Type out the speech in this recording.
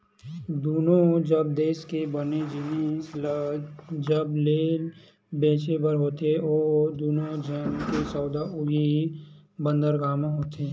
दुनों जब देस के बने जिनिस ल जब लेय ते बेचें बर होथे ता ओ दुनों झन के सौदा उहीं बंदरगाह म होथे